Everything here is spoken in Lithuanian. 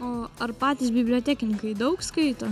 o ar patys bibliotekininkai daug skaito